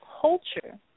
culture